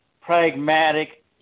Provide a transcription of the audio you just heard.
pragmatic